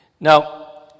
Now